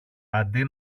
αντί